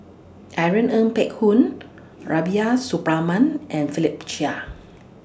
Irene Ng Phek Hoong Rubiah Suparman and Philip Chia